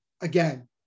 again